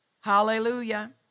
hallelujah